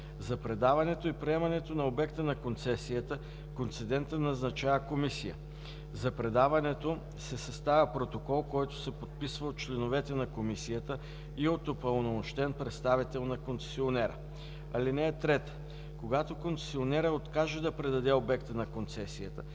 За предаването и приемането на обекта на концесията концедентът назначава комисия. За предаването се съставя протокол, който се подписва от членовете на Комисията и от упълномощен представител на концесионера. (3) Когато концесионерът откаже да предаде обекта на концесията,